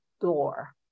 door